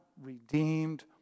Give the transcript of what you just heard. redeemed